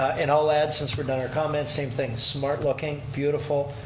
and i'll add, since we're done our comments, same thing, smart looking, beautiful.